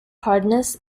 hardness